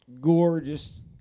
gorgeous